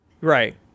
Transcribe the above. right